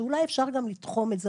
שאולי אפשר גם לתחום את זה,